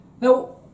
now